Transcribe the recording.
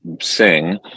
sing